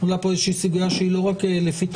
עולה פה איזושהי ציפייה שהיא לא רק לפתחך,